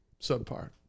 Subpar